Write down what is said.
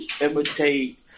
imitate